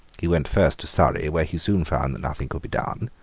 he went first to surrey, where he soon found that nothing could be done.